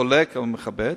חולק אבל מכבד.